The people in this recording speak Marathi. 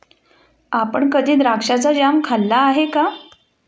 आपण कधी द्राक्षाचा जॅम खाल्ला आहे का?